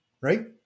right